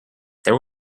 there